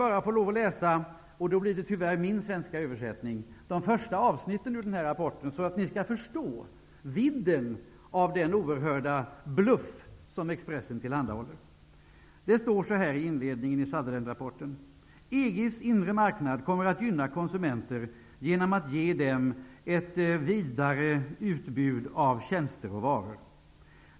Nu vill jag bara läsa -- och då blir det tyvärr min svenska översättning -- de första avsnitten ur den här rapporten, så att ni skall förstå vidden av den oerhörda bluff som Expressen tillhandahåller. Det står så här i inledningen till EG:s inre marknad kommer att gynna konsumenter genom att ge dem ett vidare utbud av tjänster och varor.